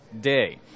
day